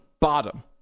bottom